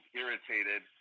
irritated